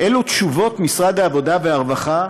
אלו תשובות משרד העבודה והרווחה,